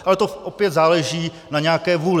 Ale to opět záleží na nějaké vůli.